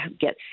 get